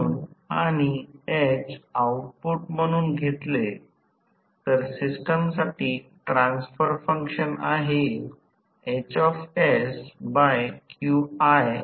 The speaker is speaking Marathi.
म्हणून पर्यायी रोटर प्रतिरोध आणि जास्तीत जास्त टॉर्क t त्या अभिव्यक्तीमध्ये ठेवल्यास 3ω S 0